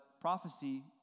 prophecy